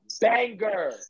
banger